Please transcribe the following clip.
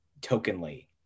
tokenly